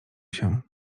się